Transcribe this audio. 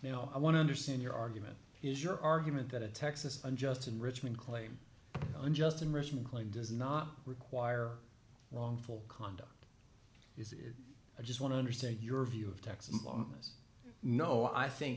people i want to understand your argument is your argument that a texas unjust enrichment claim unjust enrichment claim does not require wrongful conduct is it i just want to understand your view of texas no i think